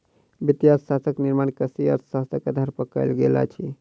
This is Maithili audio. वित्तीय अर्थशास्त्रक निर्माण व्यष्टि अर्थशास्त्रक आधार पर कयल गेल अछि